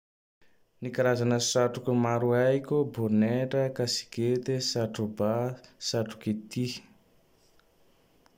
Ny karazagne satrok maro haiko: boneitra, kasikete, satrobà, satroky tihy.